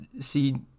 see